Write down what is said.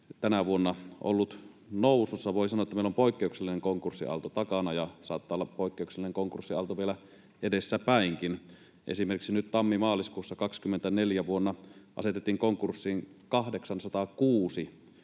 tänä vuonna ollut nousussa. Voi sanoa, että meillä on poikkeuksellinen konkurssiaalto takana ja saattaa olla poikkeuksellinen konkurssiaalto vielä edessäpäinkin. Esimerkiksi nyt tammi—maaliskuussa vuonna 24 asetettiin konkurssiin 806